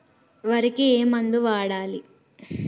వరికి ఏ మందు వాడాలి?